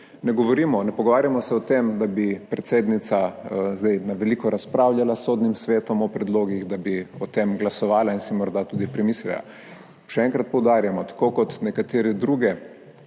Ne govorimo, ne pogovarjamo se o tem, da bi predsednica zdaj na veliko razpravljala s sodnim svetom o predlogih, da bi o tem glasovala in si morda tudi premislila. Še enkrat poudarjamo, tako kot neke druge